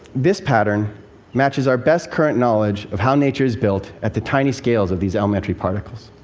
this pattern matches our best current knowledge of how nature is built at the tiny scales of these elementary particles.